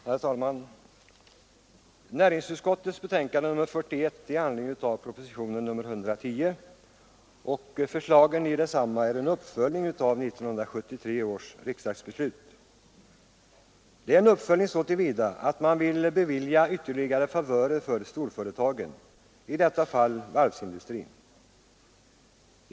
Herr talman! Förslagen i näringsutskottets betänkande nr 41 i anledning av propositionen 110 är en uppföljning av 1971 års riksdagsbeslut, så till vida att man vill bevilja ytterligare favörer för storföretagen — i detta fall varvsindustrin.